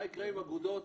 מה יקרה עם האגודות,